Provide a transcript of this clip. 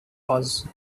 was